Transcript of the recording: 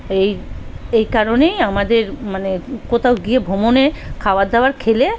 এই এই কারণেই আমাদের মানে কোথাও গিয়ে ভ্রমণে খাওয়ার দাওয়ার খেলে